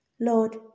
Lord